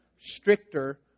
stricter